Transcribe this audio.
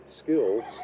skills